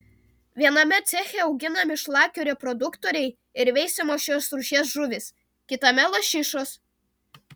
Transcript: viename ceche auginami šlakių reproduktoriai ir veisiamos šios rūšies žuvys kitame lašišos